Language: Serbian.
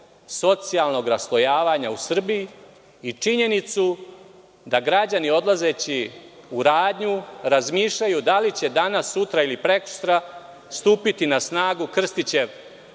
socijalnog raslojavanja u Srbiji i činjenicu da građani odlazeći u radnju, razmišljaju da li će danas, sutra ili prekosutra stupiti na snagu Krstićev